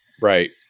right